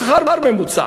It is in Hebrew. שכר ממוצע.